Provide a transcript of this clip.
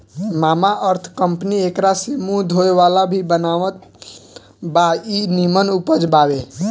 Mamaearth company एकरा से मुंह धोए वाला भी बनावत बा इ निमन उपज बावे